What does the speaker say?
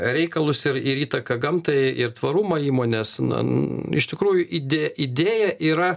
reikalus ir ir įtaką gamtai ir tvarumą įmonės na iš tikrųjų įdėj idėja yra